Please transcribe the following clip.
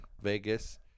vegas